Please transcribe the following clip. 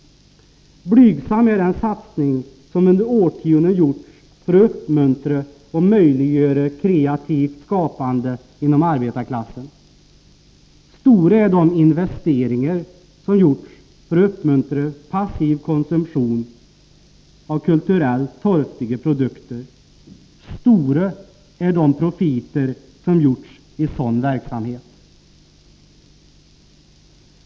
Blygsam är den satsning som under årtionden gjorts för att uppmuntra och möjliggöra kreativt skapande inom arbetarklassen. Stora är de investeringar som gjorts för att uppmuntra passiv konsumtion av kulturellt torftiga produkter. Stora är de profiter som gjorts i sådan verksamhet.